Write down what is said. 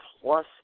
plus